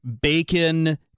bacon